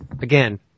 again